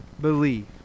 believe